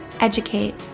educate